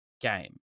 game